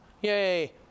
Yay